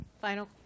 Final